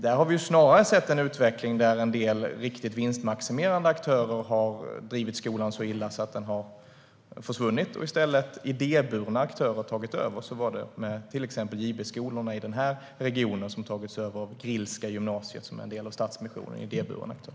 Där har vi snarare sett en utveckling där en del riktigt vinstmaximerande aktörer har drivit skolan så illa att den har försvunnit och att i stället idéburna aktörer har tagit över. Så var det med till exempel JB-skolorna i denna region som tagits över av Grillska gymnasiet, som är en del av Stadsmissionens verksamhet som idéburen aktör.